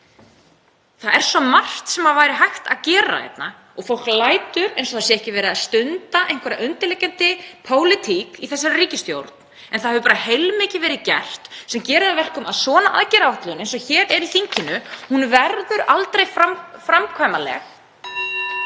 Það er svo margt sem væri hægt að gera. Fólk lætur eins og það sé ekki verið að stunda einhverja undirliggjandi pólitík í þessari ríkisstjórn en það hefur bara heilmikið verið gert sem gerir það að verkum að svona aðgerðaáætlun eins og hér er í þinginu verður aldrei fram framkvæmanleg.